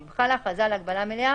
ואם חלה הכרזה על הגבלה מלאה,